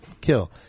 Kill